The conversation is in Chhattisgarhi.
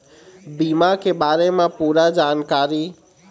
बीमा के बारे म पूरा जानकारी?